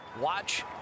Watch